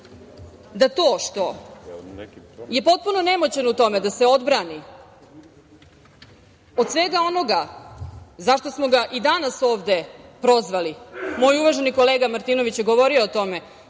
da to što je potpuno nemoćan u tome da se odbrani od svega onoga zašto smo ga i danas ovde prozvali, moj uvaženi kolega Martinović je govorio o tome,